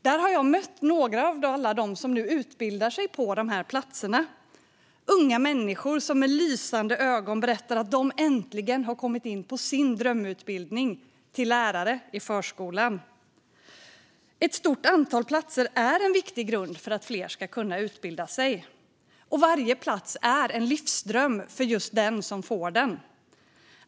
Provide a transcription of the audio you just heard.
Där har jag mött några av alla dem som nu utbildar sig på de här platserna - unga människor som med lysande ögon berättar att de äntligen kommit in på sin drömutbildning till lärare i förskolan. Ett stort antal platser är en viktig grund för att fler ska kunna utbilda sig. Och varje plats är en livsdröm för den som får den.